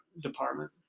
department